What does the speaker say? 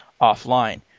offline